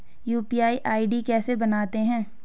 UPI ID कैसे बनाते हैं?